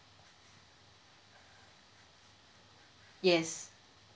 yes